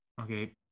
okay